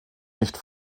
nicht